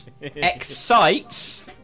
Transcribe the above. Excites